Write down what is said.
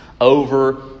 over